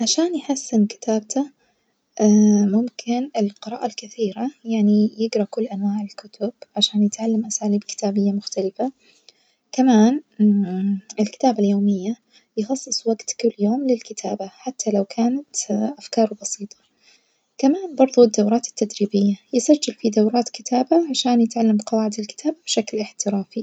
عشان يحسن كتابته ممكن القراءة الكثير يعني يجرا كل أنواع الكتب عشان يتعلم أساليب كتابية مختلفة، كمان الكتابة اليومية يخصص وجت كل يوم للكتابة حتى لو كانت أفكار بسيطة، كمان برظه الدورات التدريبية يسجل في دورات كتابة عشان يتعلم قواعد الكتابة بشكل احترافي.